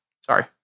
Sorry